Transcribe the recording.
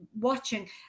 watching